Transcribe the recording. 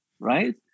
Right